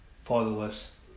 fatherless